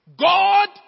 God